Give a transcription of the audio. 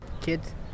Kids